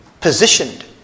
positioned